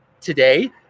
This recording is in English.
today